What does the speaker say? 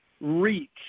reach